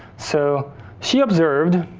so she observed